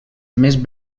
més